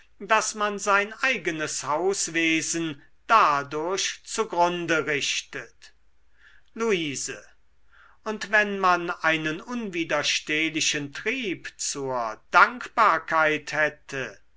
daß man sein eigenes hauswesen dadurch zugrunde richtet luise und wenn man einen unwiderstehlichen trieb zur dankbarkeit hätte